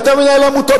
אתה מנהל עמותות,